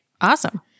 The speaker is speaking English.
Awesome